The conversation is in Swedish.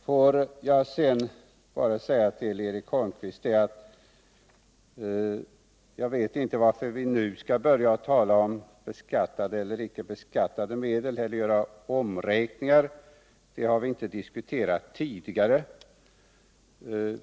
Får jag sedan bara säga till Eric Holmqvist att jag vet inte varför vi nu skall börja tala om beskattade eller icke beskattade medel eller göra omräkningar. Det har vi inte diskuterat tidigare.